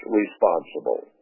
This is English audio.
responsible